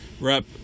Rep